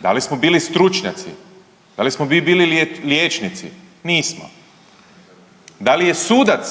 Da li smo bili stručnjaci? Da li smo mi bili liječnici? Nismo. Da li je sudac